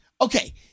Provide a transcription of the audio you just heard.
Okay